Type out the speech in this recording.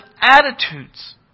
attitudes